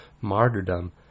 martyrdom